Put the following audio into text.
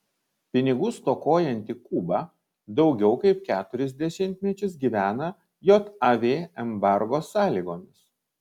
pinigų stokojanti kuba daugiau kaip keturis dešimtmečius gyvena jav embargo sąlygomis